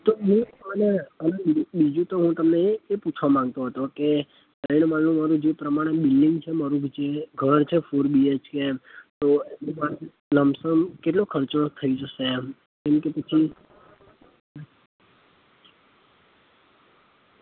તો હું અને અને બીજું બીજું તો હું તમને એ એ પૂછવા માંગતો હતો કે ત્રણ માળનું મારું જે પ્રમાણે બિલ્ડિંગ છે મારું જે ઘર છે ફોર બીએચકે એમ તો એમાં લંબસમ કેટલો ખર્ચો થઈ જશે એમ કારણ પછી